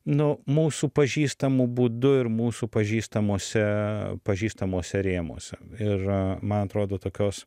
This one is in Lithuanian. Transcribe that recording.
nu mūsų pažįstamu būdu ir mūsų pažįstamuose pažįstamuose rėmuose ir man atrodo tokios